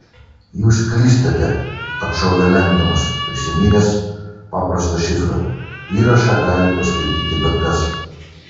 jūs klystate atšovė lengdonas prisiminęs paprastą šifrą įrašą gali perskaityti bet kas